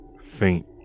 faint